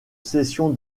cession